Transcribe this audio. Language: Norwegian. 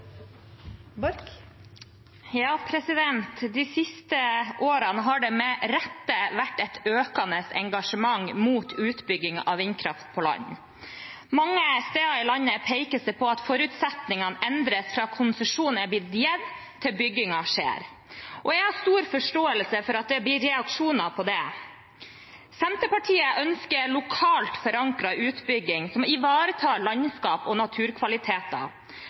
De siste årene har det med rette vært et økende engasjement mot utbygging av vindkraft på land. Mange steder i landet pekes det på at forutsetningene endres fra konsesjon er blitt gitt, til byggingen skjer. Jeg har stor forståelse for at det blir reaksjoner på det. Senterpartiet ønsker lokalt forankret utbygging som ivaretar landskap og naturkvaliteter,